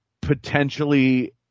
potentially